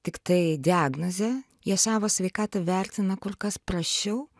tiktai diagnozę jie savo sveikatą vertina kur kas prasčiau